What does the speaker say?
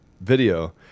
video